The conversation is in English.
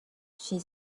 she